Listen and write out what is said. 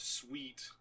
sweet